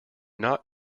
not